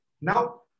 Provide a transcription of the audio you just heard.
Now